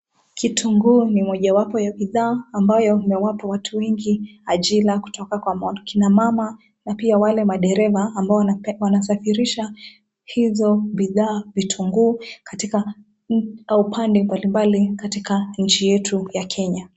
Kitunguu ni mojawapo ya bidhaa ambayo imewapa watu wengi ajira kutoka kwa kina mama na pia wale madereva ambao wanasafirisha hizo bidhaa vitunguu katika au upande mbalimbali katika nchi yetu ya Kenya.